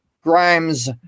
Grimes